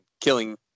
killing